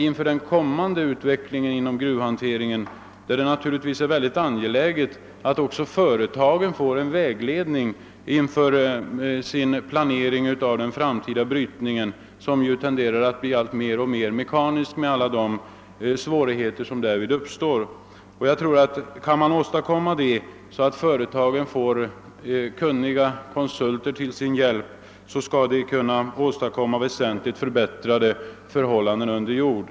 I den fortsatta utvecklingen inom gruvhanteringen är det högst angeläget att också företagen får hjälp och vägledning vid planeringen av den framtida brytningen, som tenderar att bli mer och mer mekanisk, med alla de svårigheter som därmed uppstår. Om man därför kunde ordna så, att företagen får kunniga konsulter till sin hjälp, så tror jag att vi skulle kunna åstadkomma väsentligt förbättrade förhållanden för arbete under jord.